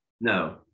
no